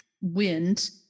wind